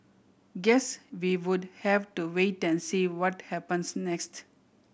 guess we would have to wait and see what happens next